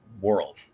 world